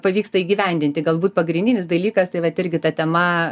pavyksta įgyvendinti galbūt pagrindinis dalykas tai vat irgi ta tema